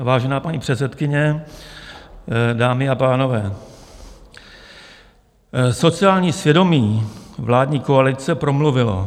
Vážená paní předsedkyně, dámy a pánové, sociální svědomí vládní koalice promluvilo.